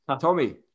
Tommy